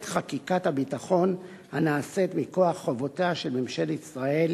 חקיקת הביטחון הנעשית מכוח חובותיה של ממשלת ישראל